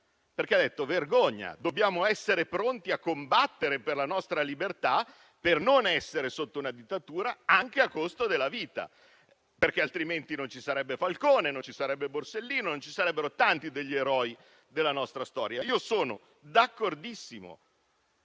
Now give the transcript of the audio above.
infatti ha detto: vergogna, dobbiamo essere pronti a combattere per la nostra libertà, per non essere sotto una dittatura, anche a costo della vita, altrimenti non ci sarebbe Falcone, non ci sarebbe Borsellino, non ci sarebbero tanti degli eroi della nostra storia. Io sono d'accordissimo,